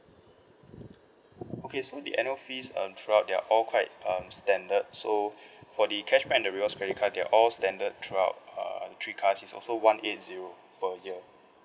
okay so the annual fees uh throughout they are all quite um standard so for the cashback and the rewards credit card they are all standard throughout uh the three cards is also one eight zero per year